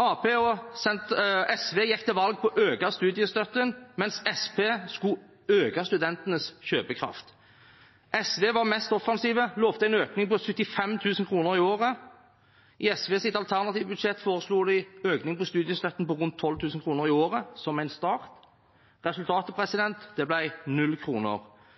Arbeiderpartiet og SV gikk til valg på å øke studiestøtten, mens Senterpartiet skulle øke studentenes kjøpekraft. SV var mest offensive, de lovte en økning på 75 000 kr i året. I SVs alternative budsjett foreslo de en økning i studiestøtten på rundt 12 000 kr i året, som en start. Resultatet ble null kroner,